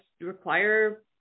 require